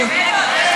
מיקי.